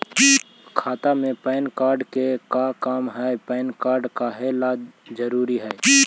खाता में PAN card के का काम है पैन कार्ड काहे ला जरूरी है?